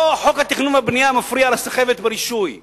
לא חוק התכנון והבנייה מפריע לרישוי בסחבת.